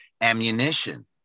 ammunition